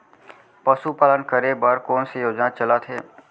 पशुपालन करे बर कोन से योजना चलत हे?